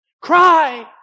Cry